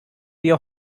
wir